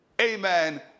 Amen